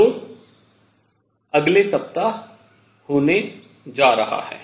जो अगले सप्ताह होने जा रहा है